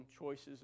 choices